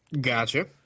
Gotcha